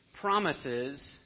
promises